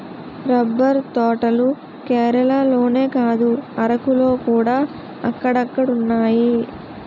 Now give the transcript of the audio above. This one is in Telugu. రబ్బర్ తోటలు కేరళలోనే కాదు అరకులోకూడా అక్కడక్కడున్నాయి